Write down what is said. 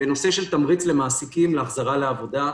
נושא של תמריץ למעסיקים להחזרה לעבודה.